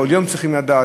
כל יום הם צריכים לדעת,